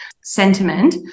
sentiment